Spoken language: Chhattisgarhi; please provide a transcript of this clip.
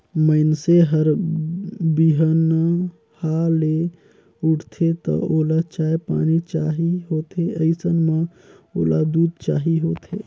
मइनसे हर बिहनहा ले उठथे त ओला चाय पानी चाही होथे अइसन म ओला दूद चाही होथे